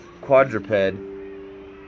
quadruped